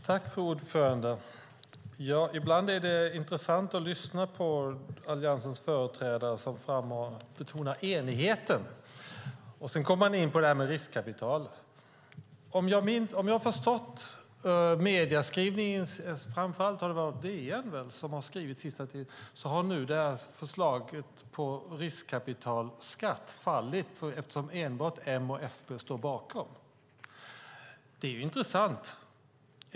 Fru talman! Ibland är det intressant att lyssna på Alliansens företrädare som betonar enigheten. Sedan kommer man in på detta med riskkapital. Det har väl framför allt varit DN som har skrivit om detta. Om jag har förstått det rätt har det här förslaget på riskkapitalskatt fallit eftersom enbart M och FP står bakom det. Det är intressant.